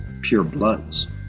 purebloods